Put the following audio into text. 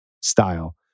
style